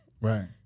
Right